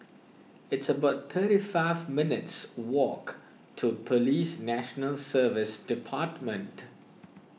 it's about thirty five minutes' walk to Police National Service Department